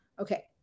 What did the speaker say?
Okay